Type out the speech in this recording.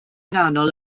nghanol